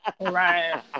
Right